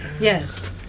Yes